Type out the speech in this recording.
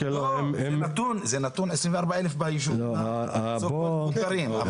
זה נתון 24,000 בישובים ה-so called מוכרים.